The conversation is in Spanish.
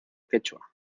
quechua